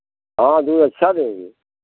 हाँ दूध अच्छा देंगे